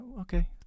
okay